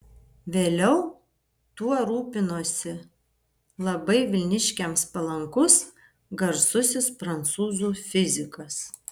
vėliau tuo rūpinosi labai vilniškiams palankus garsusis prancūzų fizikas